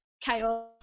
chaos